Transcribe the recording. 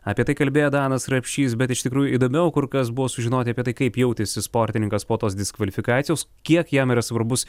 apie tai kalbėjo danas rapšys bet iš tikrųjų įdomiau kur kas buvo sužinoti apie tai kaip jautėsi sportininkas po tos diskvalifikacijos kiek jam yra svarbus